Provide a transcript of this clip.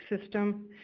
system